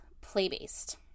play-based